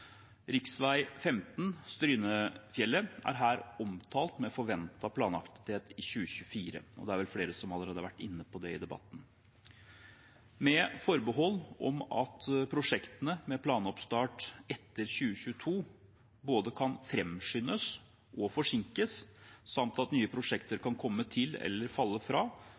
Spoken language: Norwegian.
15 Strynefjellet er her omtalt med forventet planaktivitet i 2024. Det er vel flere som allerede har vært inne på det i debatten. Med forbehold om at prosjektene med planoppstart etter 2022 kan både framskyndes og forsinkes samt at nye prosjekter kan komme til eller falle fra,